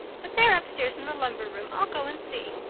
but they're upstairs in the lumber room. i'll go and see.